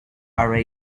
are